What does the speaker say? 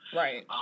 right